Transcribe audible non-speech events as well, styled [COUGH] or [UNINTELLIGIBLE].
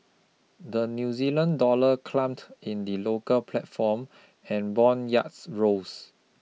the New Zealand Dollar climbed in the local platform and bond [UNINTELLIGIBLE] rose